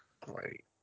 Great